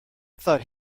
thought